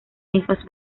mismas